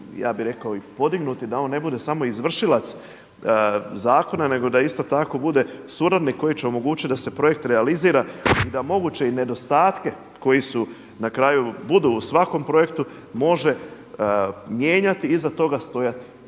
ja bi rekao i podignuti da on ne bude samo izvršilac zakona nego da isto tako bude suradnik koji će omogućiti da se projekt realizira i da moguće nedostatke koji su na kraju budu u svakom projektu može mijenjati i iza toga stojati.